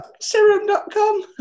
Serum.com